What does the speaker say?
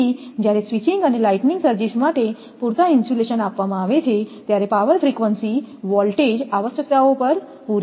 તેથી જ્યારે સ્વિચિંગ અને લાઇટિંગ સર્જિસ માટે પૂરતા ઇન્સ્યુલેશન આપવામાં આવે છે ત્યારે પાવર ફ્રીક્વન્સી વોલ્ટેજ આવશ્યકતાઓ પૂરી થાય છે